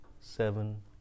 seven